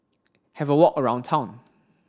have a walk around town